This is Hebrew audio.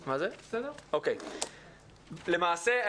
למעשה,